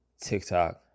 TikTok